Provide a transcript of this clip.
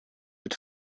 mit